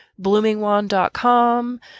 bloomingwand.com